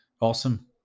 Awesome